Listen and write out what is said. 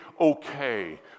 okay